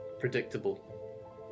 predictable